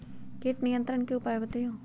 किट नियंत्रण के उपाय बतइयो?